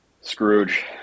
Scrooge